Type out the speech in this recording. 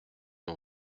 ont